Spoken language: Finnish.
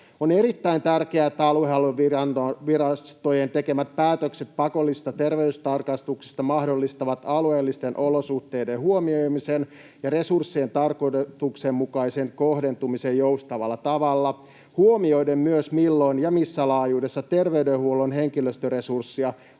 On erittäin tärkeää, että aluehallintovirastojen tekemät päätökset pakollisista terveystarkastuksista mahdollistavat alueellisten olosuhteiden huomioimisen ja resurssien tarkoituksenmukaisen kohdentumisen joustavalla tavalla huomioiden myös, milloin ja missä laajuudessa terveydenhuollon henkilöstöresurssia